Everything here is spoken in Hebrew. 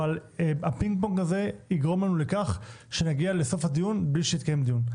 אבל הפינג-פונג הזה יגרום לכך שנגיע לסוף הדיון בלי שיתקיים דיון.